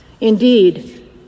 Indeed